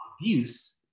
abuse